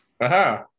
Aha